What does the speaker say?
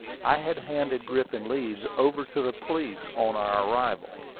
i had handed griffin leeds over to the police on our arrival.